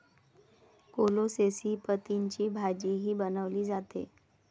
कोलोसेसी पतींची भाजीही बनवली जाते